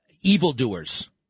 evildoers